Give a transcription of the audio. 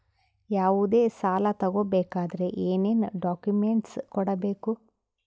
ಯಾವುದೇ ಸಾಲ ತಗೊ ಬೇಕಾದ್ರೆ ಏನೇನ್ ಡಾಕ್ಯೂಮೆಂಟ್ಸ್ ಕೊಡಬೇಕು?